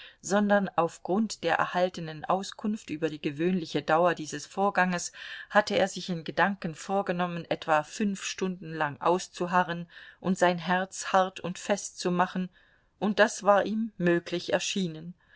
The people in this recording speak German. sondern auf grund der erhaltenen auskunft über die gewöhnliche dauer dieses vorganges hatte er sich in gedanken vorgenommen etwa fünf stunden lang auszuharren und sein herz hart und fest zu machen und das war ihm möglich erschienen